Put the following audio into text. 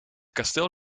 kasteel